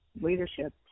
leadership